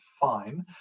fine